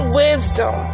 wisdom